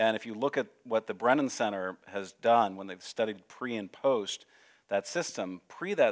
and if you look at what the brennan center has done when they've studied pre and post that system pre that